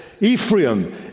Ephraim